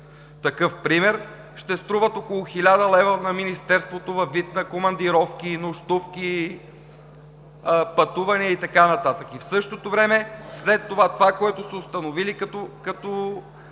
такъв пример, ще струват около 1000 лв. на Министерството във вид на командировки, нощувки, пътувания и така нататък. В същото време след като са установили проблем